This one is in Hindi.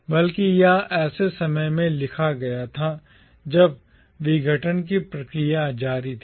बल्कि यह ऐसे समय में लिखा गया था जब विघटन की प्रक्रिया जारी थी